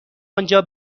آنجا